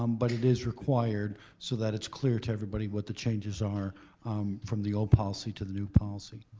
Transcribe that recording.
um but it is required so that it's clear to everybody what the changes are from the old policy to the new policy.